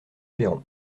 perron